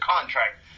contract